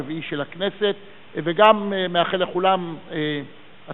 הרביעי של הכנסת וגם מאחל לכולם הצלחה,